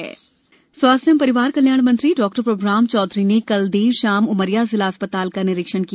स्वास्थ मंत्री स्वास्थ्य एवं परिवार कल्याण मंत्री डॉ प्रभुराम चौधरी ने कल देर शाम उमरिया जिला चिकित्सालय का निरीक्षण किया